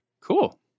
Cool